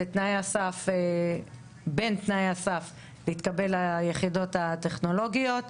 זה בין תנאי הסף לקבלה ליחידות הטכנולוגיות.